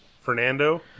Fernando